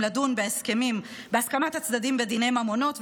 לדון בהסכמים בהסכמת הצדדים בדיני ממונות,